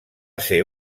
ser